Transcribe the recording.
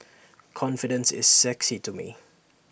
confidence is sexy to me